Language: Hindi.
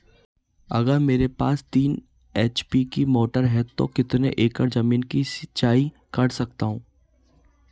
अगर मेरे पास तीन एच.पी की मोटर है तो मैं कितने एकड़ ज़मीन की सिंचाई कर सकता हूँ?